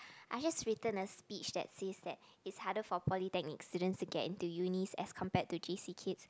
I just written a speech that says that it's harder for polytechnic students to get into uni as compared to J_C kids